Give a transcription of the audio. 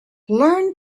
learn